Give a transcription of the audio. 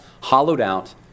hollowed-out